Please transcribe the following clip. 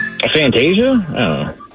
Fantasia